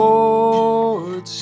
Lord